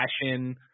fashion